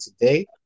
today